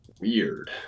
Weird